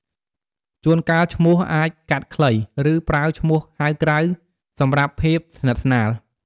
ជួនកាលឈ្មោះអាចកាត់ខ្លី ឬ ប្រើឈ្មោះហៅក្រៅសម្រាប់ភាពស្និទ្ធស្នាល។